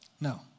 No